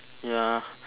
ya